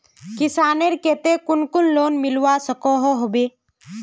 किसानेर केते कुन कुन लोन मिलवा सकोहो होबे?